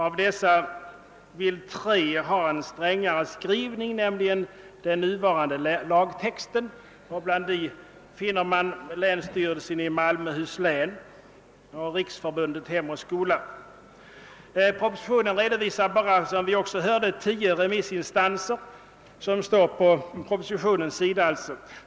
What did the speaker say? Tre vill ha en strängare skrivning, nämligen den nuvarande lagtexten. Bland dem finner man länsstyrelsen i Malmöhus län och Riksförbundet Hem och Skola. Propositionen redovi sar bara, som vi också har erfarit, tio remissinstanser, som står på propositionens sida.